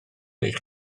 eich